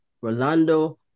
Rolando